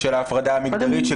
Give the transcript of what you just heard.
של ההפרדה המגדרית,